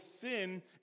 sin